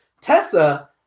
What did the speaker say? Tessa